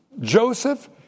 Joseph